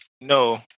No